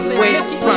wait